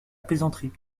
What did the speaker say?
plaisanterie